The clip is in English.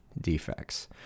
defects